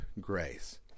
grace